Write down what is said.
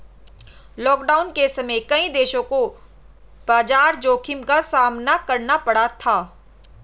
lockdown के समय कई देशों को बाजार जोखिम का सामना करना पड़ा था